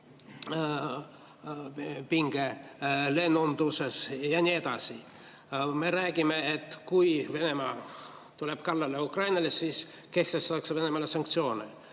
pinge, lennunduses ja nii edasi.Me räägime, et kui Venemaa läheb Ukrainale kallale, siis kehtestatakse Venemaale sanktsioone.